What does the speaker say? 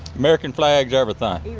american flag everything.